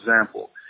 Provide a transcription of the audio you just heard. example